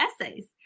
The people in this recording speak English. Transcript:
essays